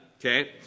Okay